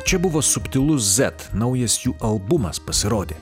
čia buvo subtilus zet naujas jų albumas pasirodė